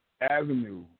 avenue